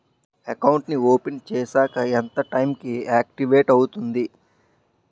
Account నీ open చేశాక ఎంత టైం కి ఆక్టివేట్ అవుతుంది?